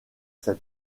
cet